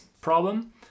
problem